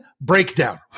breakdown